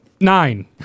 Nine